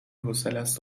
حوصلست